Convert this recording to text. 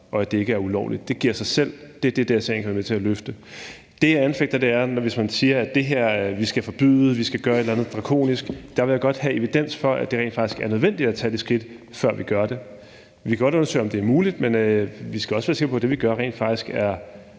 ulovligt. Det giver sig selv, og det er det, sagen kan være med til at løfte. Det, jeg anfægter, er, at man siger, at vi skal forbyde, at vi skal gøre et eller andet drakonisk, for der vil jeg godt have evidens for, at det rent faktisk er nødvendigt at tage det skridt, før vi gør det. Vi kan godt undersøge, om det er muligt, men vi skal også være sikre på, at det, vi gør, rent faktisk er